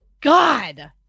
god